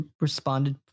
responded